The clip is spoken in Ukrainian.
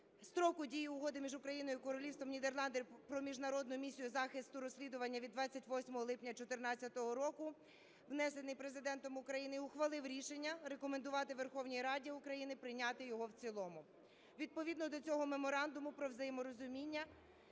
строку дії Угоди між Україною і Королівством Нідерланди про Міжнародну місію захисту розслідування від 28 липня 2014 року, внесений Президентом України і ухвалив рішення рекомендувати Верховній Раді України прийняти його в цілому. Відповідно до цього Меморандуму про взаєморозуміння